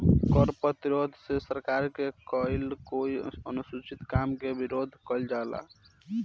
कर प्रतिरोध से सरकार के कईल कोई अनुचित काम के विरोध कईल जाला